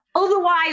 otherwise